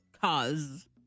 Cause